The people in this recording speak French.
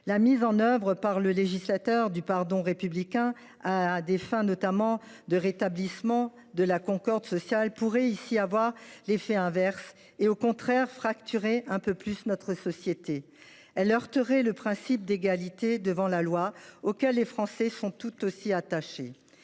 La mise en œuvre par le législateur du pardon républicain, notamment à des fins de rétablissement de la concorde sociale, pourrait, ici, avoir un effet inverse et, au contraire, fracturer un peu plus notre société. Elle heurterait le principe d’égalité devant la loi, auquel les Français sont tout aussi attachés.